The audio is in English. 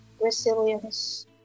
resilience